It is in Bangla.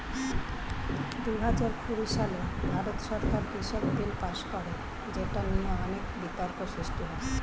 দুহাজার কুড়ি সালে ভারত সরকার কৃষক বিল পাস করে যেটা নিয়ে অনেক বিতর্ক সৃষ্টি হয়